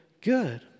good